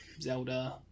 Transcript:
Zelda